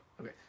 Okay